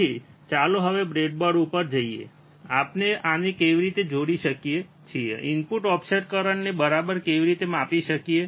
તેથી ચાલો હવે બ્રેડબોર્ડ ઉપર જોઈએ આપણે આને કેવી રીતે જોડી શકીએ અને ઇનપુટ ઓફસેટ કરંટને બરાબર કેવી રીતે માપી શકીએ